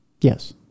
yes